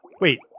Wait